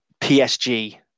PSG